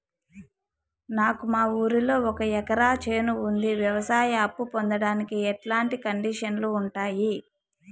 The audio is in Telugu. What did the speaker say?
నాకు మా ఊరిలో ఒక ఎకరా చేను ఉంది, వ్యవసాయ అప్ఫు పొందడానికి ఎట్లాంటి కండిషన్లు ఉంటాయి?